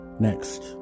Next